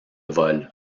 vol